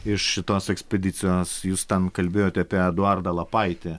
iš šitos ekspedicijos jūs ten kalbėjote apie eduardą lapaitį